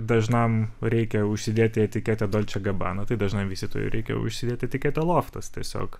dažnam reikia užsidėti etiketę dolce gabbana tai dažnam vystytojui reikia užsidėti etiketę loftas tiesiog